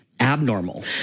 abnormal